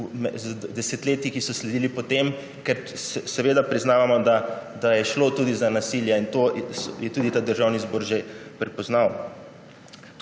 desetletji, ki so sledila po tem. Seveda priznavamo, da je šlo tudi za nasilje, in tudi to je Državni zbor že pripoznal